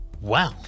Wow